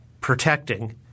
protecting